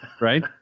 right